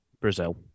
Brazil